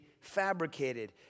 fabricated